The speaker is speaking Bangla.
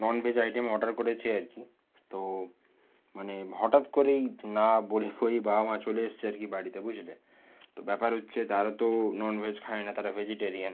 ননভেজ আইটেম অর্ডার করেছি আর কি তো মানে হঠাৎ করেই না বলে কয়েই বাবা মা চলে এসেছে আজকে বাড়িতে বুঝলে তো ব্যাপার হচ্ছে তারা তো ননভেজ খায় না তারা ভেজিটেরিয়ান